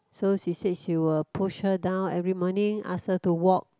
so she said she will push her down every morning ask her to walk